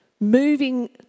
moving